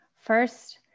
first